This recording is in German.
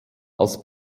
als